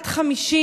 בת 50,